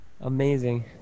Amazing